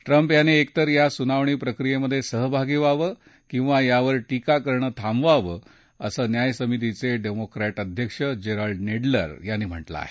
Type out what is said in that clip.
Trump यांनी एकतर या सुनावणी प्रक्रियेत सहभागी व्हावं किंवा यावर टीका करणं थांबवावं असं न्यायसमितीचे डेमोक्रेट अध्यक्ष जेरोल्ड नेडलर यांनी म्हटलं आहे